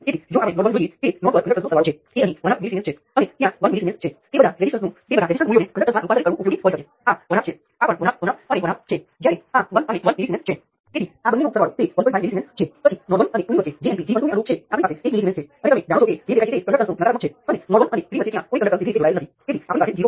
હવે કારણ કે આપણે નોડલ વિશ્લેષણનો વ્યાપક અભ્યાસ કર્યો છે આ વિશ્લેષણ કરીને તમે મેશ વિશ્લેષણ અને નોડલ વિશ્લેષણ બંનેની એકરૂપતા જોઈ શકો તેમજ તમારા જ્ઞાનને વધુ મજબૂત બનાવી શકો છો